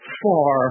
far